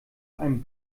einen